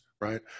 right